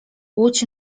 łódź